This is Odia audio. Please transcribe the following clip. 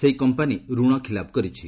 ସେହି କମ୍ପାନୀ ରଣ ଖିଲାପ କରିଛି